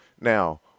Now